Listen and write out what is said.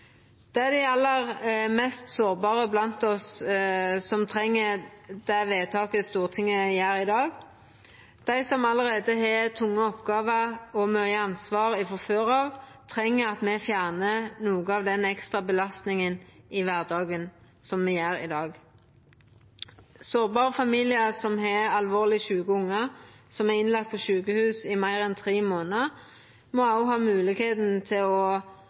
Det er dei aller mest sårbare blant oss som treng det vedtaket Stortinget gjer i dag. Dei som allereie har tunge oppgåver og mykje ansvar frå før av, treng at me fjernar noko av den ekstra belastinga i kvardagen som me gjer i dag. Sårbare familiar som har alvorleg sjuke ungar som er innlagde på sjukehus i meir enn tre månadar, må òg ha moglegheita og retten til å